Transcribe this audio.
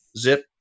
zip